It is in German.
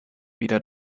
wieder